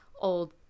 old